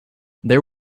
there